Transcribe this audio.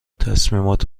تصمیمات